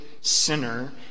sinner